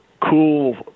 cool